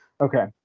okay